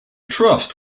trust